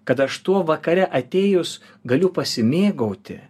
kad aš tuo vakare atėjus galiu pasimėgauti